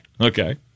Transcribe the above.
Okay